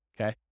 okay